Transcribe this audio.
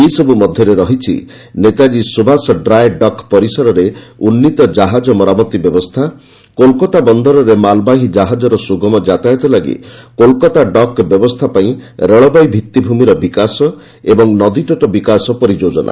ଏସବୁ ମଧ୍ୟରେ ରହିଛି ନେତାଜ୍ଞୀ ସୁଭାଷ ଡ୍ରାଏ ଡକ୍ ପରିସରରେ ଉନ୍ନୀତ ଜାହାଜ ମରାମତି ବ୍ୟବସ୍ଥା କୋଲକାତା ବନ୍ଦରରେ ମାଲବାହୀ ଜାହାଜର ସୁଗମ ଯାତାୟତ ପାଇଁ କୋଲକାତା ଡକ୍ ବ୍ୟବସ୍ଥା ପାଇଁ ରେଳବାଇ ଭିଭିଭୂମିର ବିକାଶ ଏବଂ ନଦୀତଟ ବିକାଶ ପରିଯୋଚ୍ଚନା